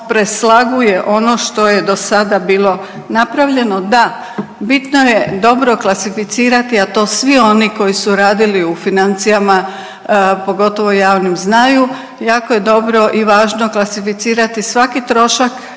preslaguje ono što je dosada bilo napravljeno. Da, bitno je dobro klasificirati, a to svi oni koji su radili u financijama, pogotovo javnim, znaju jako je dobro i važno klasificirati svaki trošak